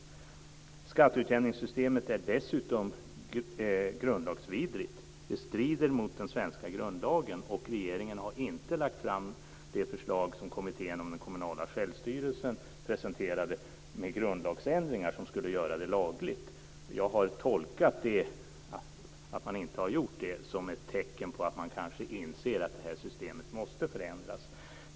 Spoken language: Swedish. Skatteutjämningssystemet är dessutom grundlagsvidrigt. Det strider mot den svenska grundlagen, och regeringen har inte lagt fram det förslag som kommittén om den kommunala självstyrelsen presenterade med grundlagsändringar som skulle göra det lagligt. Jag har tolkat det faktum att man inte har gjort det som ett tecken på att man kanske inser att systemet måste förändras.